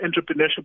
entrepreneurship